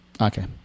Okay